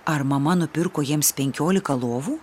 ar mama nupirko jiems penkiolika lovų